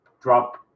drop